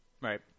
Right